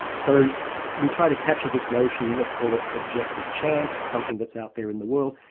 so we try to capture this notion, let's call it objective chance, something that's out there in the world,